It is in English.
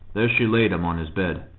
there she laid him on his bed,